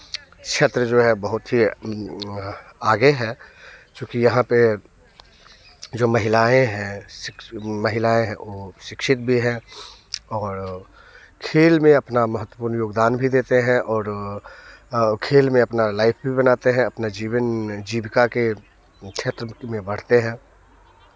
क्षेत्र जो है बहुत ही आगे है चूँकि यहाँ पर जो महिलाएँ हैं महिलाएँ हैं वो शिक्षित भी हैं और खेल में अपना महत्वपूर्ण योगदान भी देती हैं और खेल में अपना लाइफ भी बनाते हैं अपने जीवन में जीविका के क्षेत्र में बढ़ती हैं